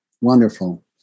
Wonderful